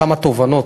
כמה תובנות.